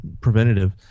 preventative